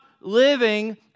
living